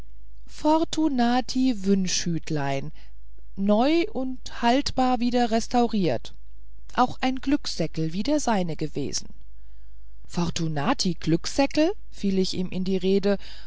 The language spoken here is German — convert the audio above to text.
fortunati wünschhütlein neu und haltbar wieder restauriert auch ein glückssäckel wie der seine gewesen fortunati glückssäckel fiel ich ihm in die rede